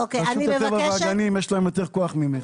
רשות הטבע והגנים יש להם יותר כוח ממך,